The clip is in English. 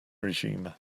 regime